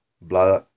blah